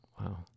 Wow